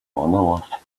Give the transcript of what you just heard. monolith